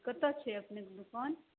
कतऽ छै अपनेके दुकान